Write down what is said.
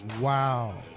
Wow